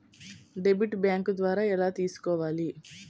Debit bank ద్వారా ఎలా తీసుకోవాలి?